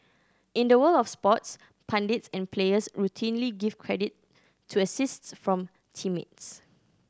in the world of sports pundits and players routinely give credit to assists from teammates